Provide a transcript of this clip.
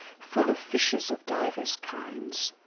full of fishes of divers kinds,